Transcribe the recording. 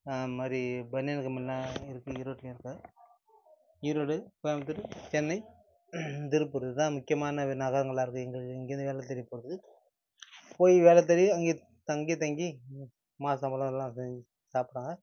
அந்த மாதிரி பனியன் கம்பெனிலாம் இருக்குது ஈரோட்டுலையும் இருக்குது ஈரோடு கோயம்முத்தூரு சென்னை திருப்பூர் இதான் முக்கியமான இது நகரங்களாக இருக்குது எங்களுக்கு இங்கேருந்து வேலை தேடி போகிறது போய் வேலை தேடி அங்கேயே தங்கி அங்கேயே தங்கி மாத சம்பளம் எல்லா இது சாப்பிடுவாங்க